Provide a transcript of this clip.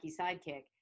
sidekick